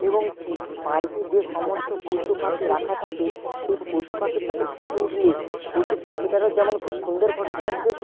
এবং পার্কে যে সমস্ত পশু পাখি রাখা থাকে সেই পশু পাখির সাথে ফটো উঠলে পশু পাখিটারও যেমন খুব সুন্দর ফটোটা আসবে